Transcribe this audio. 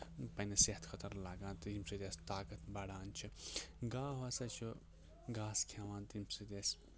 پنٛنِس صحتہٕ خٲطرٕ لَگان تہٕ ییٚمہِ سۭتۍ اَسہِ طاقت بَڑان چھِ گاو ہَسا چھُ گاسہٕ کھٮ۪وان تمہِ سۭتۍ أسۍ